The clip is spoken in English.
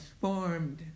formed